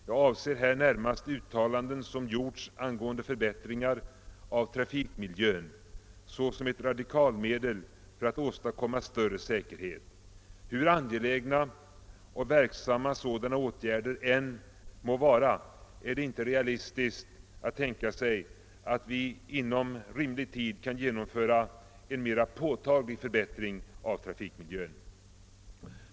Jag avser här närmast uttalanden som gjorts angående förbättringar av trafikmiljön såsom ett radikalmedel för att åstadkomma större säkerhet. Hur angelägna och verksamma sådana åtgärder än må vara, är det inte realistiskt att tänka sig att vi inom rimlig tid kan genomföra en mera påtaglig förbättring av trafikmiljön.